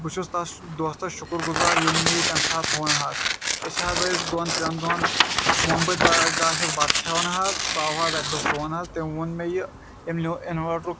بہٕ چھُس تَس دوستَس شُکُر گُزار ییٚمۍ مےٚ یہِ تمہِ ساتہٕ وون حظ أسۍ حظ ٲسۍ دۄن ترٛٮ۪ن دۄہَن مومبٔتۍ گاشَس بَتہٕ کھیٚوان حظ سُہ آو حظ اَکہِ دۄہ سون حظ تٔمۍ وون مےٚ یہِ اِنوٲٹرُک